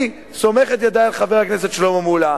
אני סומך את ידי על חבר הכנסת שלמה מולה,